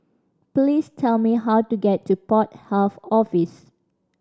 please tell me how to get to Port Health Office